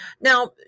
Now